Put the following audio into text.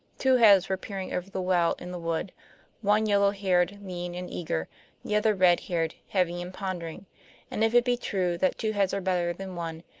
two heads were peering over the well in the wood one yellow-haired, lean and eager the other redhaired, heavy and pondering and if it be true that two heads are better than one,